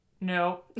no